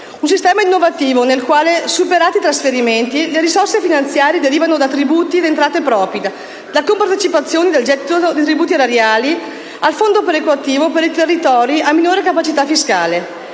Un sistema innovativo, nel quale, superati i trasferimenti, le risorse finanziarie derivano da tributi ed entrate propri, da compartecipazioni al gettito di tributi erariali e dal fondo perequativo per i territori a minore capacità fiscale.